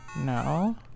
no